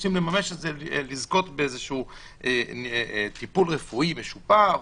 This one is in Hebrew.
רוצים לממש את זה ולזכות בטיפול רפואי משופר,